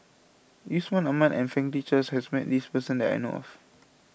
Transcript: Yusman Aman and Franklin Charles has met this person that I know of